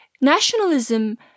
nationalism